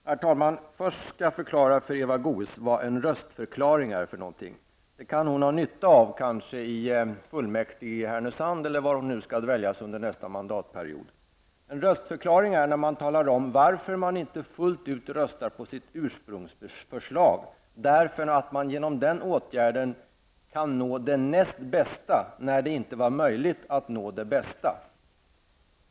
Herr talman! Först skall jag förklara för Eva Goe s vad en röstförklaring är för någonting. Det kan hon kanske ha nytta av i fullmäktige i Härnösand eller var hon nu skall dväljas under nästa mandatperiod. En röstförklaring innebär att man talar om varför man inte fullt ut röstar på sitt ursprungsförslag, eftersom man därigenom kan uppnå det näst bästa när det inte var möjligt att nå det bästa.